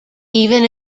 even